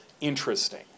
interesting